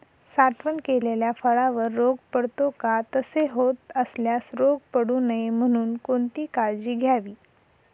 साठवण केलेल्या फळावर रोग पडतो का? तसे होत असल्यास रोग पडू नये म्हणून कोणती काळजी घ्यावी?